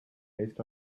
based